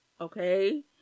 Okay